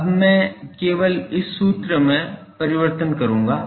अब मैं केवल इस सूत्र में परिवर्तन करूंगा